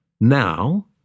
now